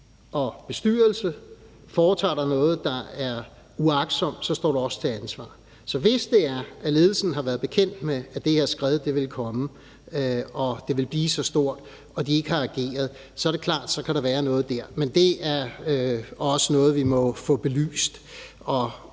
i et selskab foretager dig noget, der er uagtsomt, så står du også til ansvar. Så hvis det er, at ledelsen har været bekendt med, at det her skred ville komme, og at det ville blive så stort, og at de ikke har ageret, er det klart, at der kan være noget dér. Men det er også noget, vi må få belyst. Andre